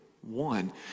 one